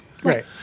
Right